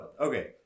Okay